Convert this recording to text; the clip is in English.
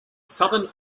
southern